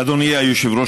אדוני היושב-ראש,